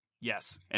Yes